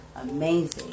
Amazing